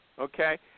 okay